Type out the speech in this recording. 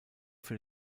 für